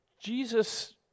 Jesus